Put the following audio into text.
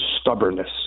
stubbornness